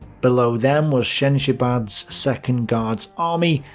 below them was chanchibadze's second guards army,